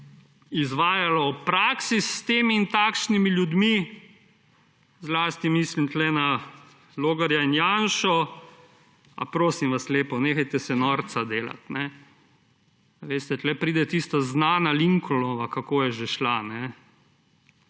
izvajala v praksi s temi in takšnimi ljudmi, zlasti mislim tu na Logarja in Janšo – prosim vas lepo, nehajte se norca delati. Tu pride tista znana Lincolnova – kako je že šla?